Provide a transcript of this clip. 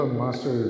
master